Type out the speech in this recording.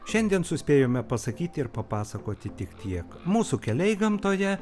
šiandien suspėjome pasakyti ir papasakoti tik tiek mūsų keliai gamtoje